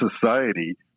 society